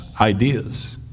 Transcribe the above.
ideas